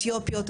אתיופיות,